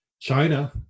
China